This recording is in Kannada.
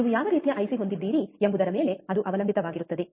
ನೀವು ಯಾವ ರೀತಿಯ ಐಸಿ ಹೊಂದಿದ್ದೀರಿ ಎಂಬುದರ ಮೇಲೆ ಅದು ಅವಲಂಬಿತವಾಗಿರುತ್ತದೆ